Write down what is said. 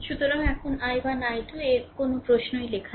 সুতরাং এখন i1 i2 এর কোনও প্রশ্নই লেখা নেই